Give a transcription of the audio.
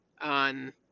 on